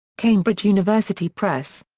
cambridge university press.